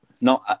No